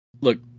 look